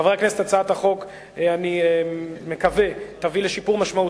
חברי הכנסת, אני מקווה שהצעת החוק